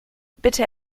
bitte